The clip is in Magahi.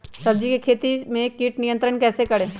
सब्जियों की खेती में कीट नियंत्रण कैसे करें?